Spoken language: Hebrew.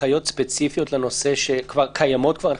הנחיות ספציפיות שקיימות כבר לנושא?